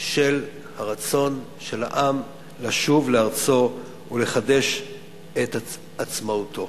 של הרצון של העם לשוב לארצו ולחדש את עצמאותו.